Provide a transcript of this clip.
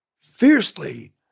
fiercely